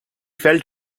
felt